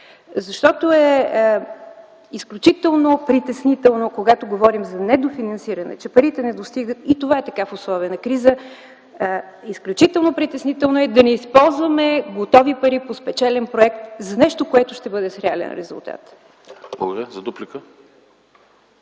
Защото е изключително притеснително, когато говорим за недофинансиране, че парите не достигат и това е така в условия на криза, изключително притеснително е да не използваме готови пари по спечелен проект за нещо, което ще бъде с реален резултат.